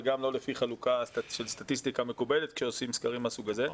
וגם לא לפי חלוקה של סטטיסטיקה מקובלת כשעושים סקרים מהסוג הזה.